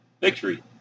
victory